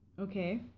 okay